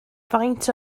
faint